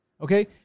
okay